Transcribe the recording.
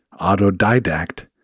autodidact